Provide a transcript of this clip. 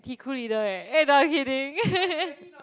he crew leader eh eh no I'm kidding